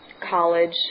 College